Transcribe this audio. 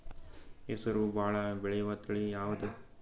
ಹೆಸರು ಭಾಳ ಬೆಳೆಯುವತಳಿ ಯಾವದು?